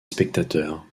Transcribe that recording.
spectateurs